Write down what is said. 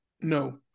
No